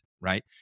right